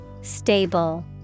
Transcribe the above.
Stable